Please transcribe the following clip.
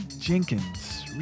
Jenkins